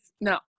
no